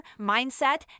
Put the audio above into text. mindset